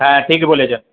হ্যাঁ ঠিক বলেছ